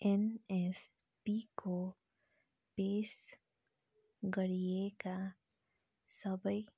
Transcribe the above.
एनएसपीको पेस गरिएका सबै